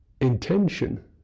intention